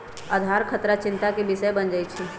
आधार खतरा चिंता के विषय बन जाइ छै